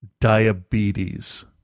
diabetes